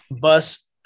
bus